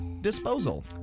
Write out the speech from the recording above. disposal